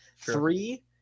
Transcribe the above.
three